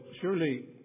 surely